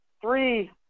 three